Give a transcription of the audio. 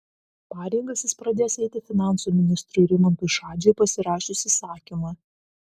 pareigas jis pradės eiti finansų ministrui rimantui šadžiui pasirašius įsakymą